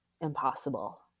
impossible